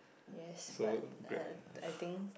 yes but uh I think